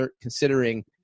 considering